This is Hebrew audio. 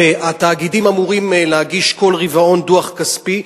והתאגידים אמורים להגיש כל רבעון דוח כספי,